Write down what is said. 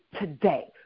today